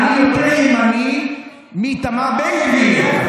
אני יותר ימני מאיתמר בן גביר.